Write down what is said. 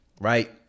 right